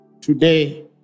Today